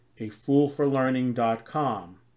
afoolforlearning.com